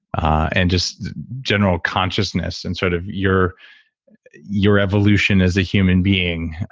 and just general consciousness and sort of your your evolution as a human being,